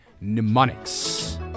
mnemonics